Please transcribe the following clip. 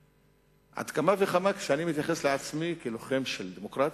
על אחת כמה וכמה כשאני מתייחס לעצמי כאל לוחם של דמוקרטיה,